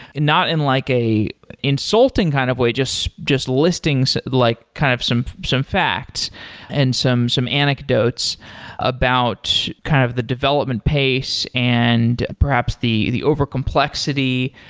not in like a insulting kind of way. just just listings like kind of some some facts and some some anecdotes about kind of the development pace, and perhaps the the over complexity,